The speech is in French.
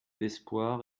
l’espoir